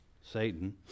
Satan